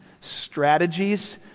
strategies